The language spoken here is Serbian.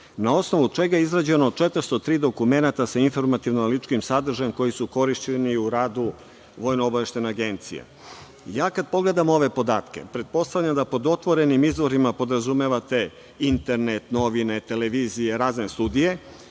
na osnovu čega je izrađeno 403 dokumenta sa informativno analitičkim sadržajem koji su korišćeni u radu VOA.Kada pogledam ove podatke pretpostavljam da pod otvorenim izvorima podrazumevate internet, novine, televizije, razne studije,